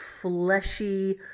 fleshy